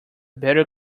better